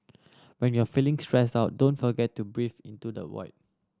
when you are feeling stressed out don't forget to breathe into the void